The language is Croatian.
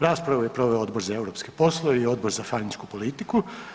Raspravu je proveo Odbor za europske poslove i Odbor za vanjsku politiku.